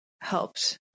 helped